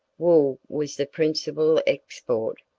wool was the principal export,